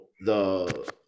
the-